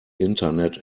internet